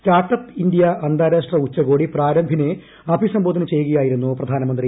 start India അന്താരാഷ്ട്ര ഉച്ചകോടി പ്രാരംഭിനെ അഭിസംബോധന ചെയ്യുകയായിരുന്നു പ്രൊനമന്ത്രി